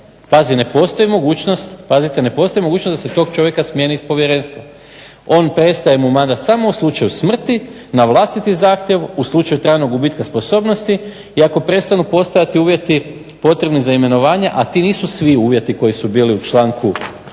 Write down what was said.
Pazite, ne postoji mogućnost da se tog čovjeka smijeni iz povjerenstva. Prestaje mu mandat samo u slučaju smrti, na vlastiti zahtjev, u slučaju trajnog gubitka sposobnosti i ako prestanu postojati uvjeti potrebni za imenovanje, a ti nisu svi uvjeti koji su bili u članku